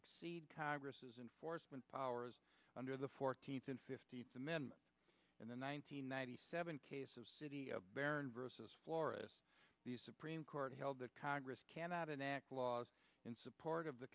exceed congress's enforcement powers under the fourteenth and fifteenth amendment and the nine hundred ninety seven case of city of baron versus florists the supreme court held that congress cannot enact laws in support of the